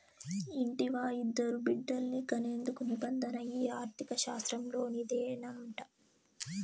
ఇంటివా, ఇద్దరు బిడ్డల్ని కనేందుకు నిబంధన ఈ ఆర్థిక శాస్త్రంలోనిదేనంట